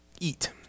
eat